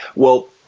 well,